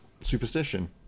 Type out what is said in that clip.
superstition